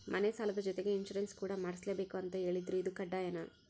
ಮನೆ ಸಾಲದ ಜೊತೆಗೆ ಇನ್ಸುರೆನ್ಸ್ ಕೂಡ ಮಾಡ್ಸಲೇಬೇಕು ಅಂತ ಹೇಳಿದ್ರು ಇದು ಕಡ್ಡಾಯನಾ?